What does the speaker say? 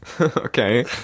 okay